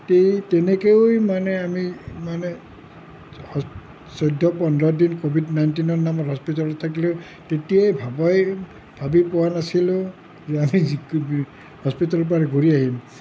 এই তেনেকেই মানে আমি মানে চৌধ্য পোন্ধৰ দিন কোভিড নাইণ্টিনত মানে হস্পিটেলত থাকি তেতিয়াই ভাবাই ভাবিয়ে পোৱা নাছিলো হস্পিটেলৰ